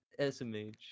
SMH